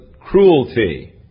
cruelty